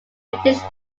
british